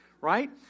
right